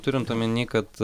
turint omeny kad